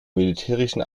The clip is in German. militärischen